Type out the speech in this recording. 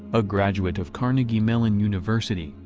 a graduate of carnegie mellon university,